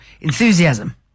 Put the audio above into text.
enthusiasm